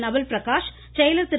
நவல் பிரகாஷ் செயலர் திரு